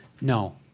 No